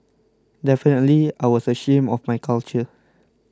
definitely I was ashamed of my culture